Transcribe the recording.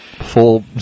Full